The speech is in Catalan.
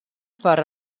per